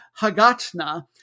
Hagatna